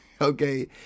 Okay